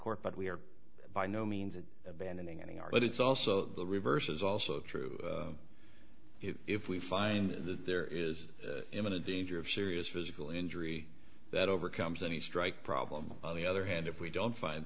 court but we are by no means of abandoning any are but it's also the reverse is also true if we find that there is imminent danger of serious physical injury that overcomes any strike problem of the other hand if we don't find